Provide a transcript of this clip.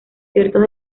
ciertos